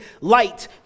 light